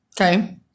Okay